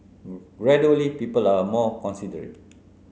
gradually people are more considerate